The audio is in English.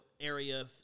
area